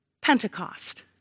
Pentecost